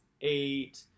eight